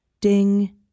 ding